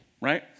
right